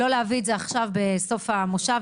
לא להביא את זה עכשיו בסוף המושב.